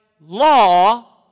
law